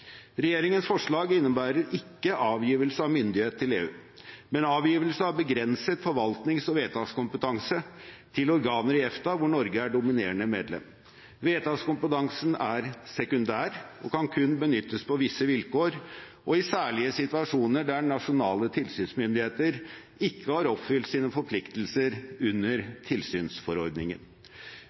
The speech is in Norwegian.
Regjeringens forslag innebærer ikke avgivelse av myndighet til EU, men avgivelse av begrenset forvaltnings- og vedtakskompetanse til organer i EFTA, hvor Norge er dominerende medlem. Vedtakskompetansen er sekundær og kan kun benyttes på visse vilkår og i særlige situasjoner der nasjonale tilsynsmyndigheter ikke har oppfylt sine forpliktelser under tilsynsforordningen.